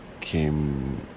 came